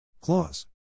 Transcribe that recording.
Claws